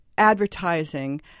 advertising